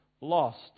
lost